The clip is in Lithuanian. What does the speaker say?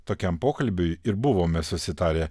tokiam pokalbiui ir buvome susitarę